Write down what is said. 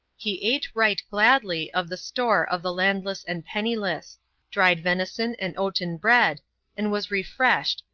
he ate right gladly of the store of the landless and penniless dried venison and oaten bread and was refreshed,